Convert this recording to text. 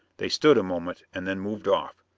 they stood a moment and then moved off.